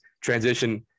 Transition